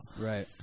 Right